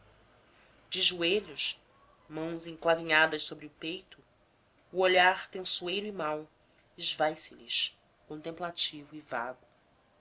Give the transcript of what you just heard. de joelhos mãos enclavinhadas sobre o peito o olhar tençoeiro e mau esvai se lhes contemplativo e vago